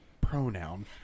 pronoun